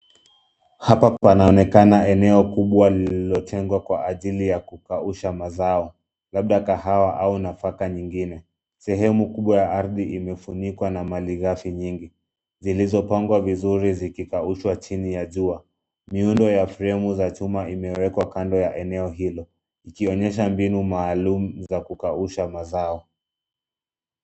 Hapa panonekana eneo kubwa lililotengwa kwa ajili ya kukausha mazao labda kahawa au nafaka nyingine. Sehemu kubwa ya ardhi imefunikwa na malighafi nyingi zilizopangwa vizuri zikikaushwa chini ya jua. Miundo ya fremu za chuma imewekwa kando ya eneo hilo ikionesha mbinu maalum za kukausha mazao.